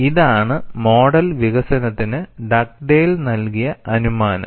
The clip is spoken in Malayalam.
ഇതാണ് മോഡൽ വികസനത്തിന് ഡഗ്ഡേൽ നൽകിയ അനുമാനം